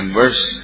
verse